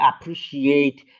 appreciate